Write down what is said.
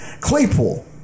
Claypool